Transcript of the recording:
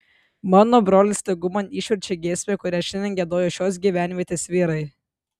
mano brolis tegu man išverčia giesmę kurią šiandien giedojo šios gyvenvietės vyrai